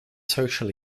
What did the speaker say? social